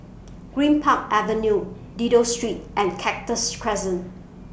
Greenpark Avenue Dido Street and Cactus Crescent